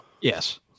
Yes